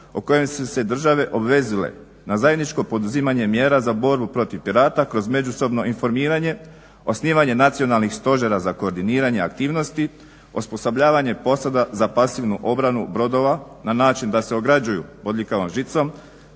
u kojem su se države obvezale na zajedničko poduzimanje mjera za borbu protiv pirata kroz međusobno informiranje, osnivanje nacionalnih stožera za koordiniranje aktivnosti, osposobljavanje posada za pasivnu obranu brodova na način da se ograđuju bodljikavom žicom,